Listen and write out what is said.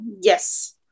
Yes